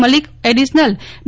Malik additional D